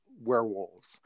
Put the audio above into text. werewolves